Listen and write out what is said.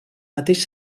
mateix